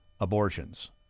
abortions